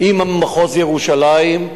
עם מחוז ירושלים,